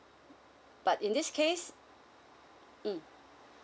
but in this case mm